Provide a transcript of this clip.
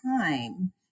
time